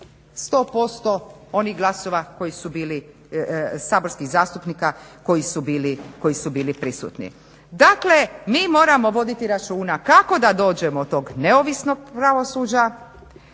100% onih glasova koji su bili, saborskih zastupnika koji su bili prisutni. Dakle, mi moramo voditi računa kako da dođemo do tog neovisnog pravosuđa,